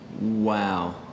Wow